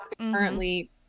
currently